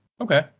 Okay